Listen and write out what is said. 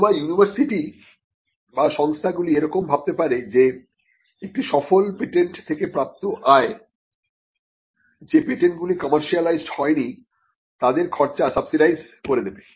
অথবা ইউনিভার্সিটি বা সংস্থাগুলি এরকম ভাবতে পারে যে একটি সফল পেটেন্ট থেকে প্রাপ্ত আয় যে পেটেন্টগুলি কমার্সিয়ালাইজড হয় নি তাদের খরচা সাবসিডাইস করে দেবে